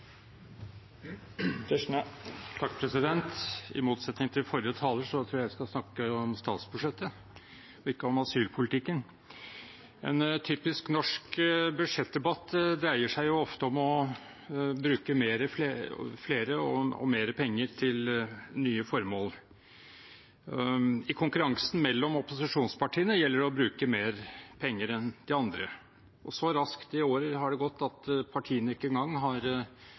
jeg skal snakke om statsbudsjettet – ikke om asylpolitikken. En typisk norsk budsjettdebatt dreier seg ofte om å bruke mer penger til nye formål. I konkurransen mellom opposisjonspartiene gjelder det å bruke mer penger enn de andre. Så raskt har det gått i år at partiene ikke engang har